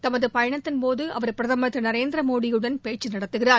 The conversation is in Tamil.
தமது பயணத்தின்போது அவர் பிரதமர் திரு நரேந்திர மோடியுடன் பேச்சு நடத்துகிறார்